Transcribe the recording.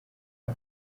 uyu